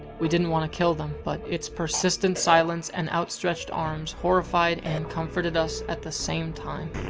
we didn't want to kill them, but its persistent silent and outstretched arms horrified and comforted us at the same time.